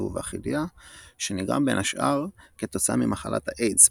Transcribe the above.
ובכליה שנגרם בין השאר כתוצאה ממחלת האיידס,